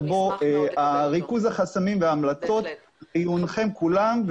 בו יש את ריכוז החסמים וההמלצות לעיונכם כולכם.